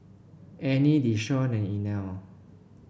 Annie Desean and Inell